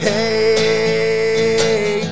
Hey